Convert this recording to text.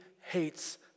hates